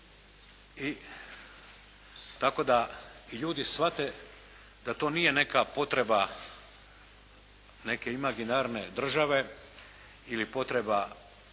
tako da ljudi shvate da to nije neka potreba neke imaginarne države ili potreba